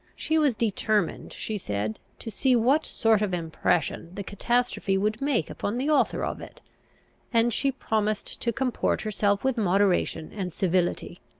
she was determined, she said, to see what sort of impression the catastrophe would make upon the author of it and she promised to comport herself with moderation and civility.